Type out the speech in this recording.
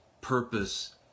purpose